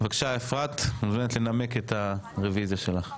בבקשה אפרת מוזמנת לנמק את הרוויזיה שלך.